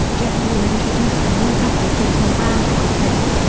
jetblue introduced a new happy jetting brand campaign.